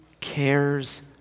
cares